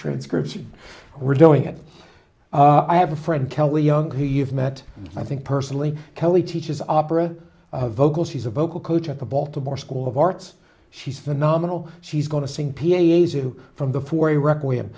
transcription we're doing it i have a friend kelly young who you've met i think personally kelly teaches opera vocal she's a vocal coach at the baltimore school of arts she's phenomenal she's going to sing p a's you from the forty requiem